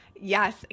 Yes